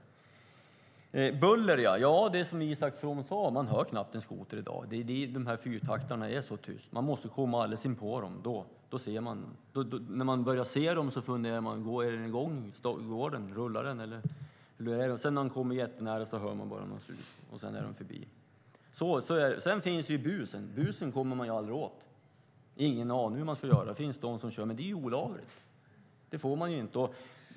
När det gäller buller är det som Isak From sade: Man hör knappt en skoter i dag. Fyrtaktarna är så tysta. Man måste komma alldeles inpå dem för att höra dem. När man ser skotern börjar man fundera på om den är i gång, om den rullar eller inte. Först när man kommer jättenära hör man ett sus, och sedan är de förbi. Sedan finns busåkningen. Buset kommer man aldrig åt. Jag har ingen aning hur man ska göra. Det finns de som busåker, men det är olagligt.